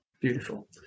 Beautiful